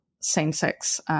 same-sex